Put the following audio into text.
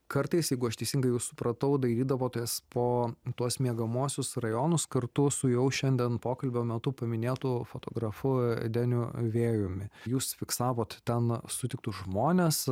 kartais jeigu aš teisingai supratau dairydavomės po tuos miegamuosius rajonus kartu su jau šiandien pokalbio metu paminėtu fotografu deniu vėjumi jūs fiksavot ten sutiktus žmones